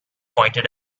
pointed